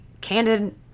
candid